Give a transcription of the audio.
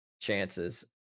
chances